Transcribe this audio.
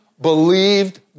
believed